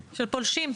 פולשים,